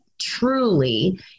truly